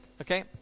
Okay